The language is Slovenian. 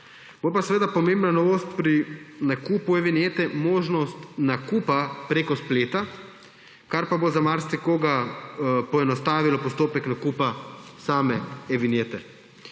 Bo pa seveda pomembna novost pri nakupu e-vinjete možnost nakupa preko spleta, kar pa bo za marsikoga poenostavilo postopek nakupa same e-vinjete.